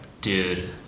Dude